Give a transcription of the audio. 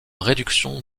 réduction